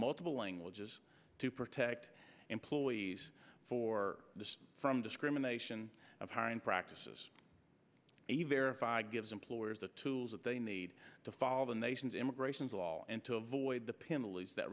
multiple languages to protect employees for from discrimination of heine practices a verify gives employers the tools that they need to follow the nation's immigration law and to avoid the penalties that